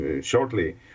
shortly